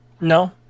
No